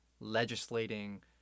legislating